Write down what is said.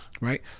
Right